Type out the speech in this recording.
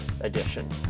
edition